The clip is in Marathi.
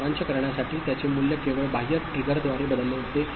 सारांश करण्यासाठी त्याचे मूल्य केवळ बाह्य ट्रिगरद्वारे बदलते